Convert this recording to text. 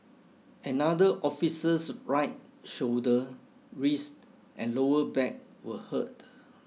another officer's right shoulder wrist and lower back were hurt